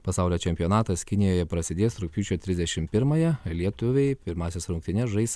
pasaulio čempionatas kinijoje prasidės rugpjūčio trisdešimt pirmąją lietuviai pirmąsias rungtynes žais